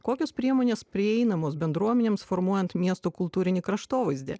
kokios priemonės prieinamos bendruomenėms formuojant miesto kultūrinį kraštovaizdį